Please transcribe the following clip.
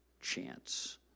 chance